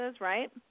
right